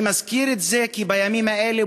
אני מזכיר את זה כי בימים האלה,